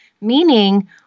meaning